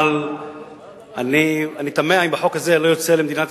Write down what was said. אבל אני תמה אם החוק הזה לא יוצר למדינת